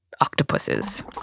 octopuses